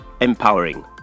Empowering